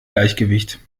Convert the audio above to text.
gleichgewicht